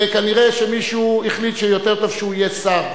וכנראה מישהו החליט שיותר טוב שהוא יהיה שר,